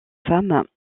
femmes